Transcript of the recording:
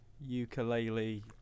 ukulele